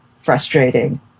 frustrating